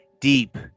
deep